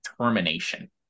termination